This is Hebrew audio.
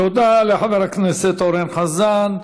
תודה לחבר הכנסת אורן חזן.